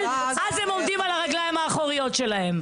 הם עומדים על הרגליים האחוריות שלהם.